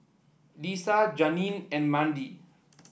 Lesia Janeen and Mandy